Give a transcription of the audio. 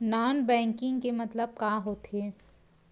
Non banking के मतलब का होथे?